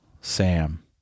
Sam